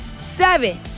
seven